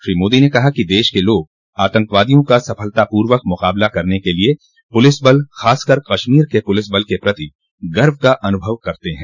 श्री मोदी ने कहा कि देश के लोग आतंकवादियों का सफलतापूर्वक मुकाबला करने के लिए पुलिस बल खासकर कश्मीर के पुलिसबल के प्रति गर्व का अनुभव करते हैं